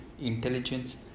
intelligence